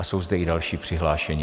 Jsou zde i další přihlášení.